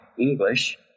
English